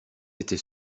était